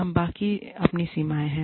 हम सबकी अपनी सीमाएं हैं